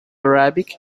arabic